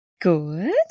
Good